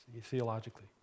theologically